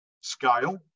scale